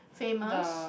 famous